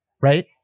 Right